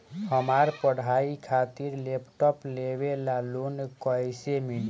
हमार पढ़ाई खातिर लैपटाप लेवे ला लोन कैसे मिली?